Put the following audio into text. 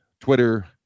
Twitter